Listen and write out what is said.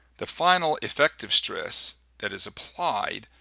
the final effective stress that is applied,